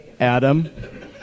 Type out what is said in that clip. Adam